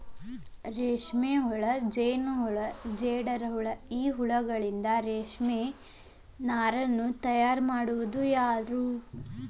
ರೇಷ್ಮೆಹುಳ ಜೇನಹುಳ ಜೇಡರಹುಳ ಈ ಹುಳಗಳಿಂದನು ರೇಷ್ಮೆ ನಾರನ್ನು ತಯಾರ್ ಮಾಡ್ತಾರ